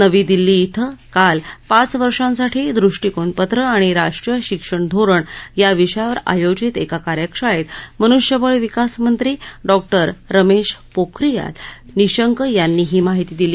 नवी दिल्ली इथं काल पाच वर्षांसाठी दृष्टीकोन पत्र आणि राष्ट्रीय शिक्षण धोरण या विषयावर आयोजित एका कार्यशाळेत मनुष्यबळ विकास मंत्री डॉक्टर रमेश पोखरियाल निशंक यांनी ही माहिती दिली